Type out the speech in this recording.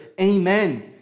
amen